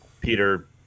Peter